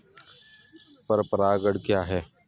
पर परागण क्या है?